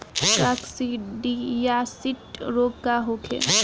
काकसिडियासित रोग का होखे?